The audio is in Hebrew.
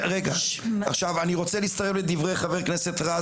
אני רוצה להצטרף לדברי חבר הכנסת רז,